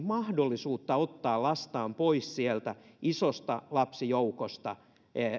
ole mahdollisuutta ottaa lastaan pois sieltä isosta lapsijoukosta